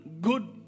good